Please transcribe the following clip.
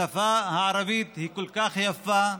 השפה הערבית היא כל כך יפה,